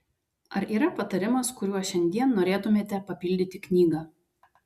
ar yra patarimas kuriuo šiandien norėtumėte papildyti knygą